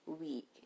week